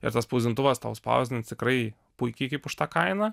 ir tas spausdintuvas tau spausdins tikrai puikiai kaip už tą kainą